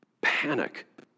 Panic